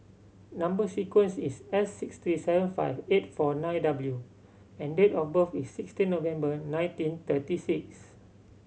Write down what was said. number sequence is S six three seven five eight four nine W and date of birth is sixteen November nineteen thirty six